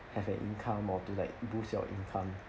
have an income or to like boost your income